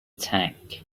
tank